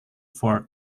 for